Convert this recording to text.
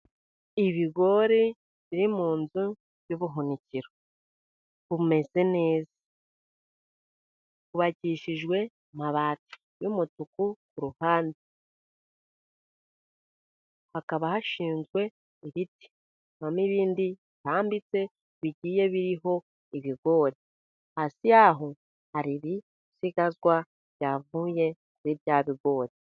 Ibigori biri mu nzu y'ubuhunikiro, bumeze neza bwubakishijwe amabati y'umutuku ku ruhande, hakaba hashinzwe ibiti, hakaba n'ibindi bitambitse bigiye biriho ibigori, hasi yaho hari ibisigazwa byavuye kuri bya bigori.